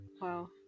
Wow